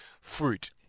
fruit